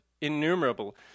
innumerable